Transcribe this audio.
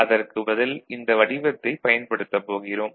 அதற்குப் பதில் இந்த வடிவத்தைப் பயன்படுத்தப் போகிறோம்